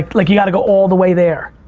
like, you've gotta go all the way there.